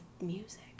music